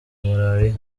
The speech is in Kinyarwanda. malariya